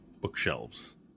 bookshelves